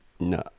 No